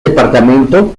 departamento